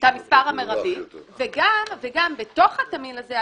גם בתוך התמהיל הזה,